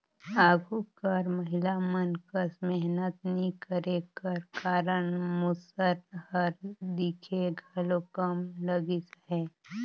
आघु कर महिला मन कस मेहनत नी करे कर कारन मूसर हर दिखे घलो कम लगिस अहे